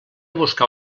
buscar